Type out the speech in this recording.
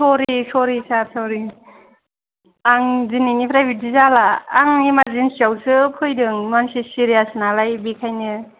सरि सरि सार सरि आं दिनैनिफ्राय बिदि जाला आं इमार्जेनसिआवसो फैदों मानसि सिरियास नालाय बेखायनो